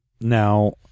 Now